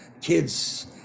kids